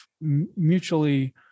mutually